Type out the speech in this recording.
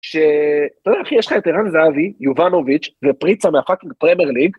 ש... אתה יודע אחי, יש לך את ערן זאבי, יובנוביץ', ופריצה מהפאקינג פרמר ליג.